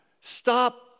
stop